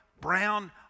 brown